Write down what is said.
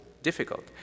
difficult